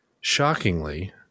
shockingly